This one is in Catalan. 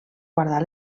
guardar